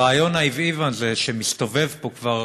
רעיון העוועים הזה, שמסתובב פה כבר